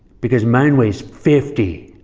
because mine weighs fifty.